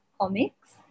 comics